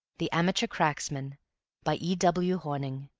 the amateur cracksman by e. w. hornung